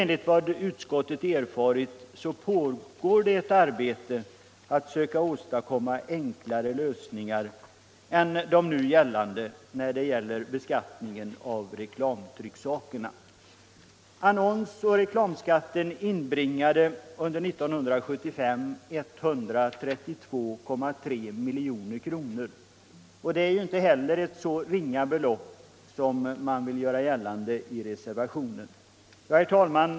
Enligt vad utskottet erfarit pågår det ett arbete för att söka åstadkomma enklare lösningar än de nu gällande i fråga om beskattningen av reklamtrycksakerna. Annons och reklamskatten inbringade 132,3 milj.kr. under 1975, och det är inte ett så ringa belopp som man vill göra gällande i reservationen. Herr talman!